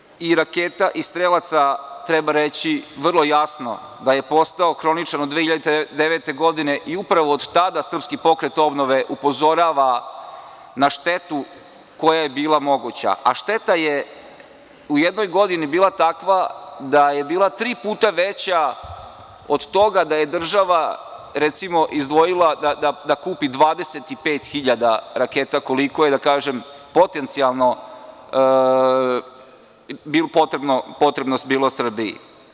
Problem manjka i raketa i strelaca treba reći vrlo jasno da je postao hroničan od 2009. godine i upravo od tada SPO upozorava na štetu koja je bila moguća, a šteta je u jednoj godini bila takva da je bila tri puta veća od toga da je država recimo izdvojila da kupi 25 hiljada raketa koliko je, kažem, potencijalno bilo potrebno Srbiji.